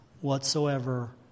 whatsoever